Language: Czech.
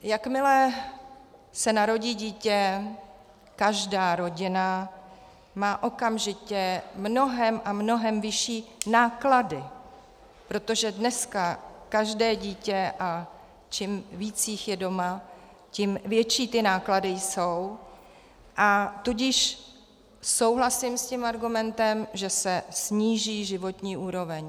Jakmile se narodí dítě, každá rodina má okamžitě mnohem a mnohem vyšší náklady, protože dneska každé dítě, a čím víc jich je doma, tím větší náklady jsou, a tudíž souhlasím s tím argumentem, že se sníží životní úroveň.